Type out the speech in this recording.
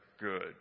good